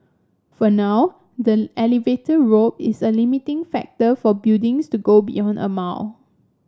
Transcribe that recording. for now the elevator rope is a limiting factor for buildings to go beyond a mall